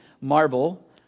marble